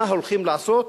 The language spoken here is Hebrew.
מה הולכים לעשות,